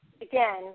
again